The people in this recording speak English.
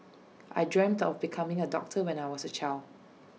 I dreamt of becoming A doctor when I was A child